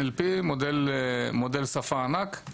NLP מודל שפה ענק